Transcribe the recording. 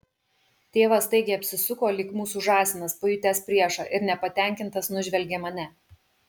tėvas staigiai apsisuko lyg mūsų žąsinas pajutęs priešą ir nepatenkintas nužvelgė mane